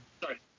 Sorry